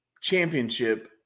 championship